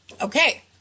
Okay